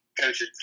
coaches